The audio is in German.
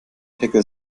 pickel